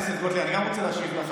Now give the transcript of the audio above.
אני גם רוצה להשיב לך,